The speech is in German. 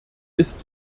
ist